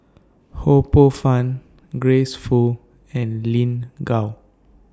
Ho Poh Fun Grace Fu and Lin Gao